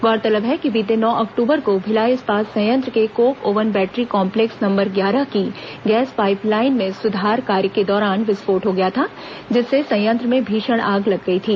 गौरतलब है कि बीते नौ अक्टूबर को भिलाई इस्पात संयंत्र के coke oven battery complex number ग्यारह की गैस पाईप लाइन में सुधार कार्य के दौरान विस्फोट हो गया था जिससे संयंत्र में भीषण आग लग गई थी